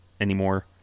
anymore